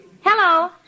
Hello